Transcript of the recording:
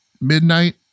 midnight